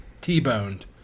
T-boned